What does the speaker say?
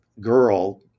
girl